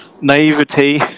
Naivety